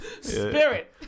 Spirit